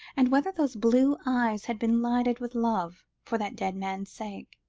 and whether those blue eyes had been lighted with love for that dead man's sake.